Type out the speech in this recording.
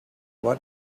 what